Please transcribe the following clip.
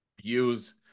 use